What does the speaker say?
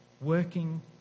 working